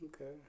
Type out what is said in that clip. Okay